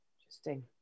Interesting